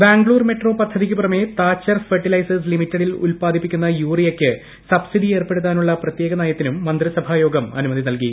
Bangalore metro പദ്ധതിക്ക് പുറമേ Talcher fertilisers ലിമിറ്റഡിൽ ഉത്പാദിപ്പിക്കുന്ന യൂറിയക്ക് സബ്സിഡി ഏർപ്പെടുത്താനുള്ള പ്രത്യേക നയത്തിനും മന്ത്രിസഭാ യോഗം അനുമതി നൽകി